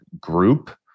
group